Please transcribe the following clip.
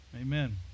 Amen